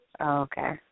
okay